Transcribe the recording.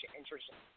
interesting